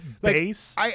base